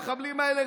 המחבלים האלה,